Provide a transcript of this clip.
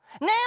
Now